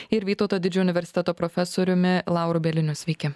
ir vytauto didžiojo universiteto profesoriumi lauru bieliniu sveiki